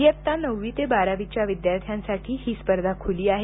इयत्ता नववी ते बारावीच्या विद्यार्थ्यांसाठी ही स्पर्धा खुली आहे